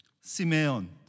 Simeon